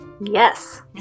Yes